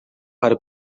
para